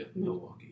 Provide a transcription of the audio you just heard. Milwaukee